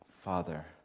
Father